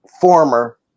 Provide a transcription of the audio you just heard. former